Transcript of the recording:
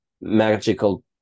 magical